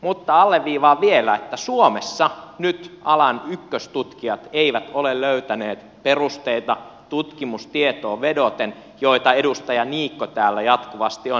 mutta alleviivaan vielä että suomessa nyt alan ykköstutkijat eivät ole löytäneet perusteita tutkimustietoon vedoten joita edustaja niikko täällä jatkuvasti on nostanut esiin